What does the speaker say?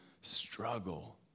struggle